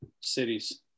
cities